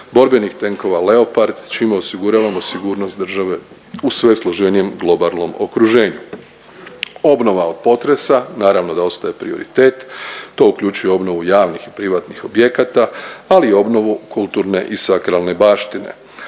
borbenih tenkova Leopard, čime osiguravamo sigurnost države u sve složenijem globalnom okruženju. Obnova od potresa, naravno da ostaje prioritet, to uključuje obnovu javnih i privatnih objekata, ali i obnovu kulturne i sakralne baštine.